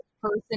person